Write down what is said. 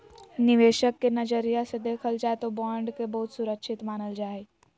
निवेशक के नजरिया से देखल जाय तौ बॉन्ड के बहुत सुरक्षित मानल जा हइ